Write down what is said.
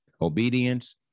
obedience